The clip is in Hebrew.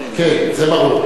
כן, זה ברור.